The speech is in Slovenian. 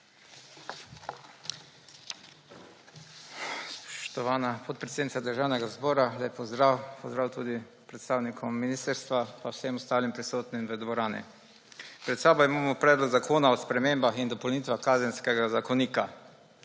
Spoštovana podpredsednica Državnega zbora, lep pozdrav! Pozdrav tudi predstavnikom ministrstva pa vsem preostalim prisotnim v dvorani! Pred sabo imamo Predlog zakona o spremembah in dopolnitvah Kazenskega zakonika.